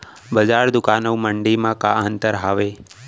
बजार, दुकान अऊ मंडी मा का अंतर हावे?